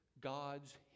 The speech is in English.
God's